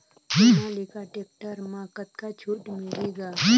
Sonalika tractor म कतका छूट मिलही ग?